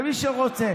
למי שרוצה.